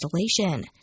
installation